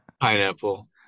Pineapple